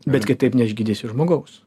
bet kitaip neišgydysi žmogaus